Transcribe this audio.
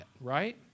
right